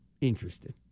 interested